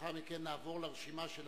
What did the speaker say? לאחר מכן נעבור לרשימה של